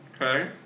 Okay